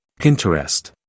Pinterest